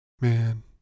Man